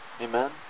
Amen